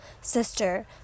sister